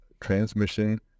transmission